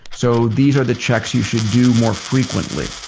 so these are the checks you should do more frequently.